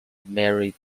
married